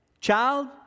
Child